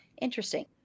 Interesting